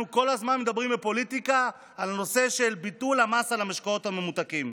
אנחנו כל הזמן מדברים בפוליטיקה על ביטול המס על המשקאות הממותקים.